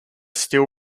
still